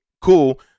cool